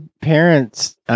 parents